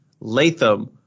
Latham